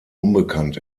unbekannt